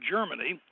Germany